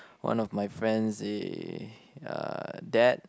one of my friends he uh dad